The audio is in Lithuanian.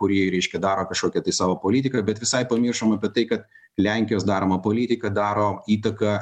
kuri reiškia daro kažkokią tai savo politiką bet visai pamiršom apie tai kad lenkijos daroma politika daro įtaką